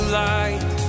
light